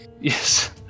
Yes